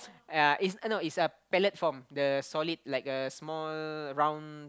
yeah uh it's uh no it's a pellet form the solid like a small round